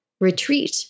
retreat